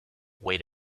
wait